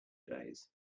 days